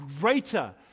greater